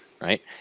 right